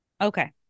Okay